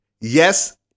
yes